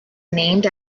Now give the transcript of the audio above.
named